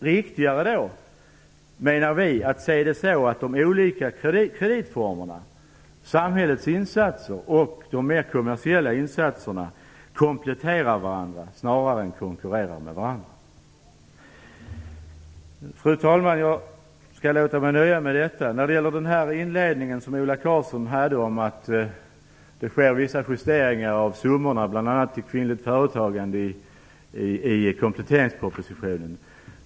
Vi menar att det är viktigare att de olika kreditformerna, samhällets insatser och de mer kommersiella insatserna kompletterar varandra snarare än att konkurrera med varandra. Fru talman! Jag låter mig nöja med detta. Ola Karlsson sade att det sker vissa justeringar av summorna bl.a. till kvinnligt företagande i kompletteringspropositionen.